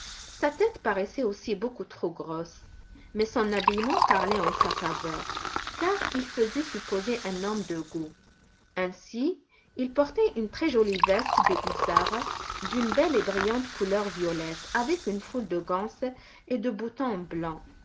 sa tête paraissait aussi beaucoup trop grosse mais son habillement parlait en sa faveur car il faisait supposer un homme de goût ainsi il portait une très-jolie veste de hussard d'une belle et brillante couleur violette avec une foule de gances et de boutons blancs